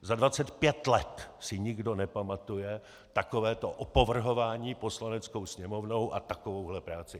Za 25 let si nikdo nepamatuje takovéto opovrhování Poslaneckou sněmovnou a takovouhle práci.